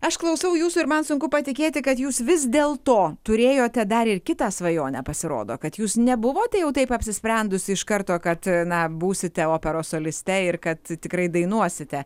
aš klausau jūsų ir man sunku patikėti kad jūs vis dėlto turėjote dar ir kitą svajonę pasirodo kad jūs nebuvote jau taip apsisprendusi iš karto kad na būsite operos soliste ir kad tikrai dainuosite